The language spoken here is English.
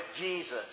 Jesus